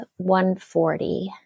140